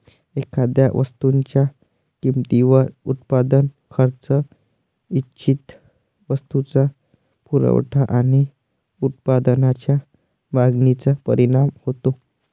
एखाद्या वस्तूच्या किमतीवर उत्पादन खर्च, इच्छित वस्तूचा पुरवठा आणि उत्पादनाच्या मागणीचा परिणाम होतो